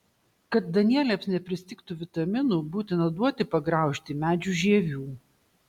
kad danieliams nepristigtų vitaminų būtina duoti pagraužti medžių žievių